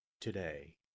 today